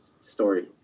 story